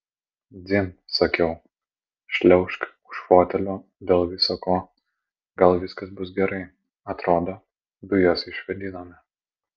dzin sakiau šliaužk už fotelio dėl visa ko gal viskas bus gerai atrodo dujas išvėdinome